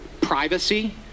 privacy